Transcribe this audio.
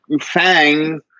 Fang